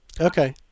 Okay